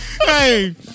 Hey